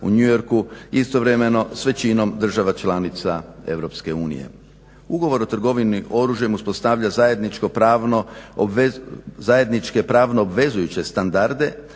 u New Yorku istovremeno s većinom država članica EU. Ugovor o trgovini oružjem uspostavlja zajedničke pravno obvezujuće standarde